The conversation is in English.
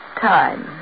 time